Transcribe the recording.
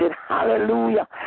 hallelujah